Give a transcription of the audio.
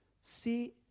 See